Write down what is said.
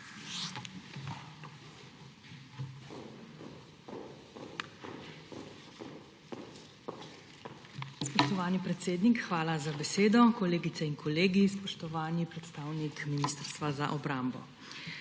Spoštovani predsednik, hvala za besedo. Kolegice in kolegi, spoštovani predstavnik Ministrstva za obrambo!